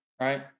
right